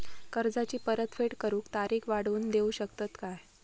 कर्जाची परत फेड करूक तारीख वाढवून देऊ शकतत काय?